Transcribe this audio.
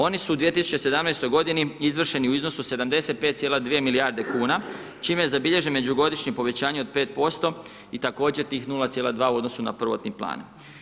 Oni su u 2017. godini izvršeni u iznosu 75,2 milijarde kuna, čime je zabilježeno međugodišnje povećanje od 5% i također tih 0,2% u odnosu na prvotni plan.